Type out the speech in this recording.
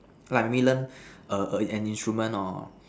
like maybe learn err an instrument or